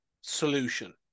solution